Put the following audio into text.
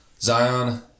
Zion